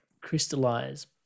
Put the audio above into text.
crystallize